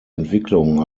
entwicklung